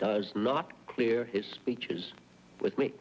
does not clear his speeches with me